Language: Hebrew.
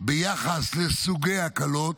ביחס לסוגי ההקלות.